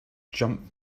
jump